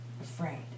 afraid